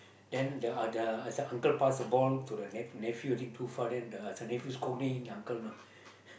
then the uh the uh the uncle pass the ball to the ne~ nephew I think too far then the the nephew scolding the uncle know